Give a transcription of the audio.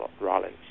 Rollins